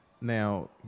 Now